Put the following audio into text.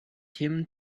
tim